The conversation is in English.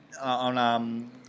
on